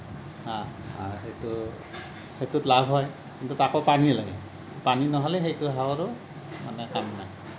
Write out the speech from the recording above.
হা সেইটো সেইটোত লাভ হয় কিন্তু তাকো পানী লাগে পানী নহ'লে সেইটো হাঁহৰো মানে কাম নাই